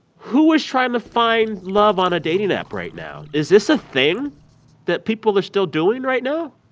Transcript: who is trying to find love on a dating app right now? is this a thing that people are still doing right now?